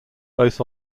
both